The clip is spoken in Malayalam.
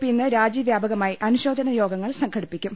പി ഇന്ന് രാജ്യവ്യാപകമായി അനുശോചന യോഗങ്ങൾ സംഘടിപ്പിക്കും